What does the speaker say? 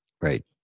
Right